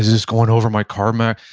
is this going over my carb max.